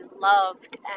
loved